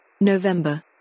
November